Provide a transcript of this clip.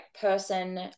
person